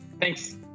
Thanks